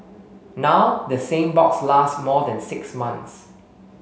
now the same box lasts more than six months